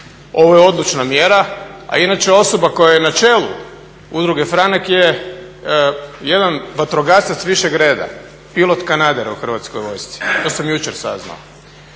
ovo je odlučna mjera, a inače osoba koja je na čelu Udruge Franak je jedan vatrogasac višeg reda, pilot kanadera u Hrvatskoj vojsci, to sam jučer saznao.